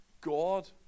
God